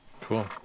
Cool